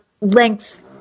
length